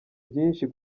byinshi